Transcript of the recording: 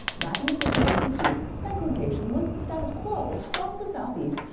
back in the fifty s and sixty s, segregation was the status quo across the southeast,